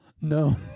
no